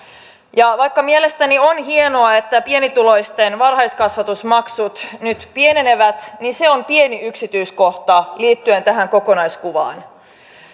vaikka mielestäni on hienoa että pienituloisten varhaiskasvatusmaksut nyt pienenevät niin se on pieni yksityiskohta liittyen tähän kokonaiskuvaan